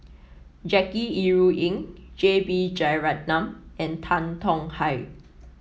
Jackie Yi Ru Ying J B Jeyaretnam and Tan Tong Hye